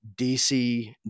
DC